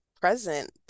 present